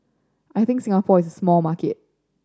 I think Singapore is small market